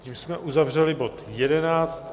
Tím jsme uzavřeli bod 11.